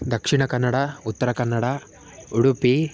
Dakshina Kannada Uttara Kannada Udupi